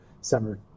summer